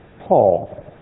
Paul